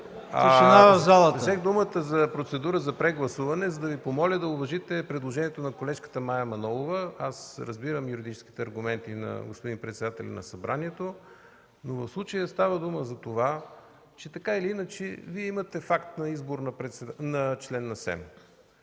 взех думата за процедура за прегласуване, за да Ви помоля да уважите предложението на колежката Мая Манолова. Аз разбирам юридическите аргументи на господин председателя на Събранието, но в случая става дума за това, че така или иначе вие имате факт на избор на член на СЕМ.